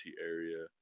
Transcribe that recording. area